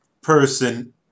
person